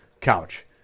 couch